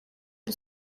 bir